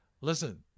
Listen